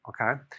Okay